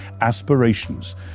aspirations